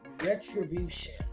retribution